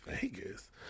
Vegas